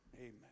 Amen